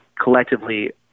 collectively